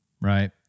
right